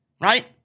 right